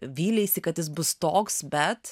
vyleisi kad jis bus toks bet